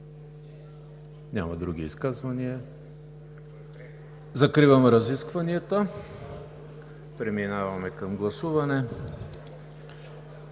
Няма други изказвания. Закривам разискванията. Преминаваме към гласуване.